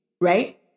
Right